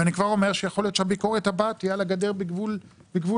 ואני כבר אומר שיכול להיות שהביקורת הבאה תהיה על הגדר בגבול עזה,